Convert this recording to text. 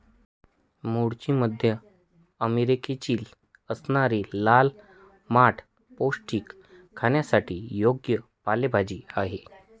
मूळची मध्य अमेरिकेची असणारी लाल माठ पौष्टिक, खाण्यासाठी योग्य पालेभाजी आहे